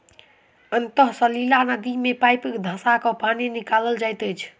अंतः सलीला नदी मे पाइप धँसा क पानि निकालल जाइत अछि